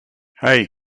hey